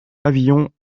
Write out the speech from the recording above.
pavillon